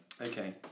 Okay